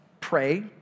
pray